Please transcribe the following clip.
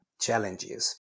challenges